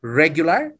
regular